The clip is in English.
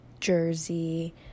Jersey